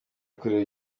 kureba